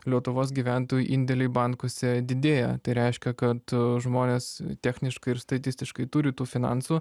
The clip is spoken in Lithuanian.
lietuvos gyventojų indėliai bankuose didėjo tai reiškia kad žmonės techniškai ir statistiškai turi tų finansų